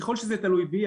ככל שזה לא תלוי בי,